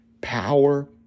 power